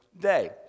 day